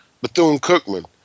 Bethune-Cookman